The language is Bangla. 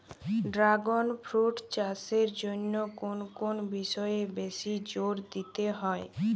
ড্রাগণ ফ্রুট চাষের জন্য কোন কোন বিষয়ে বেশি জোর দিতে হয়?